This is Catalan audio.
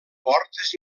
portes